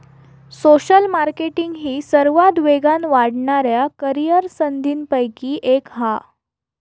social marketing ही सर्वात वेगान वाढणाऱ्या करीअर संधींपैकी एक हा